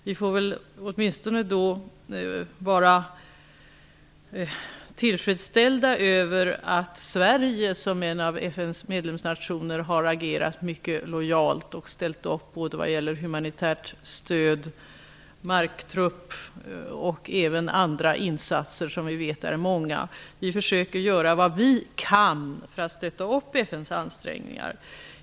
Vi får åtminstone vara tillfredsställda över att Sverige som en av FN:s medlemsnationer har agerat mycket lojalt och ställt upp både vad gäller humanitärt stöd, marktrupp och även med andra insatser, vilka vi vet är många. Vi försöker göra vad vi kan för att stötta upp FN:s ansträngningar.